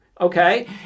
Okay